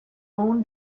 own